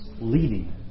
leading